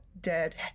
dead